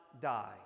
die